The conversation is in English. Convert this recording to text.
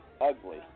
ugly